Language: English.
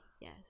yes